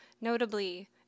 notably